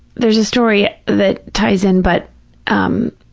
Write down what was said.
there's a story that ties in, but um